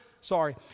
sorry